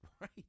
Right